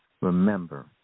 Remember